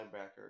linebacker